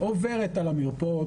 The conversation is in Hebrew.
עוברת על המרפאות,